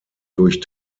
durch